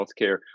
healthcare